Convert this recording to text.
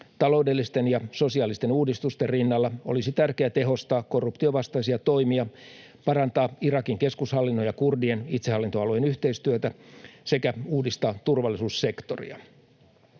Taloudellisten ja sosiaalisten uudistusten rinnalla olisi tärkeää tehostaa korruption vastaisia toimia, parantaa Irakin keskushallinnon ja kurdien itsehallintoalueen yhteistyötä sekä uudistaa turvallisuussektoria.